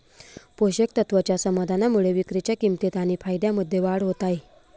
पोषक तत्वाच्या समाधानामुळे विक्रीच्या किंमतीत आणि फायद्यामध्ये वाढ होत आहे